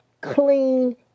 clean